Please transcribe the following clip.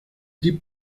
deep